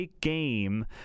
game